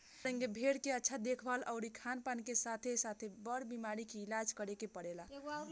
भेड़ के अच्छा देखभाल अउरी खानपान के साथे साथे, बर बीमारी के इलाज करे के पड़ेला